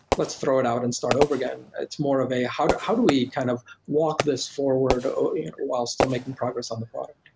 let's throw it out and start over again. it's more of a how do how do we kind of walk this forward yeah while still making progress on the product.